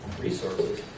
resources